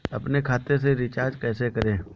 अपने खाते से रिचार्ज कैसे करें?